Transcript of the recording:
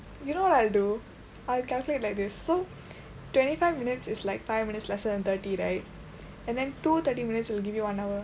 you know what I do I calculate like this so twenty five minutes is like five minutes lesser than thirty right and then two thirty minutes will give you one hour